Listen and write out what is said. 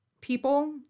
people